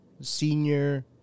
senior